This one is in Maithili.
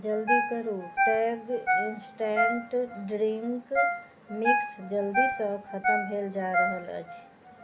जल्दी करु टैंग इंस्टेंट ड्रिंक मिक्स जल्दीसँ खतम भेल जा रहल अछि